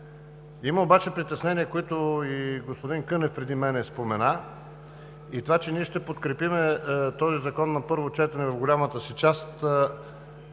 Има обаче притеснения, които и господин Кънев спомена преди мен. Това, че ние ще подкрепим този закон на първо четене, в голямата си част